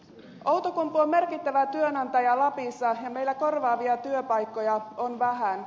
outokumpu on merkittävä työnantaja lapissa ja meillä korvaavia työpaikkoja on vähän